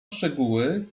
szczegóły